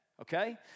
Okay